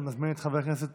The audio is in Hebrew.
אני מזמין את חבר הכנסת